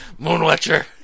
Moonwatcher